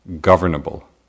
governable